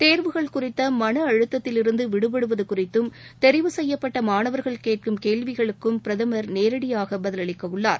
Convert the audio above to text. தேர்வுகள் குறித்த மன அழுத்தத்திலிருந்து விடுபடுவது குறித்தும் தெரிவு செய்யப்பட்ட மானவர்கள் கேட்கும் கேள்விகளுக்கும் பிரதமர் நேரடியாக பதிலளிக்கவுள்ளார்